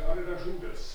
ar yra žuvęs